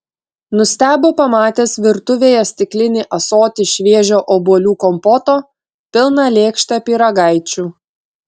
nustebo pamatęs virtuvėje stiklinį ąsotį šviežio obuolių kompoto pilną lėkštę pyragaičių